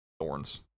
Thorns